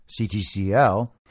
CTCL